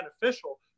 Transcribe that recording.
beneficial